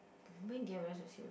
when did I realise was serious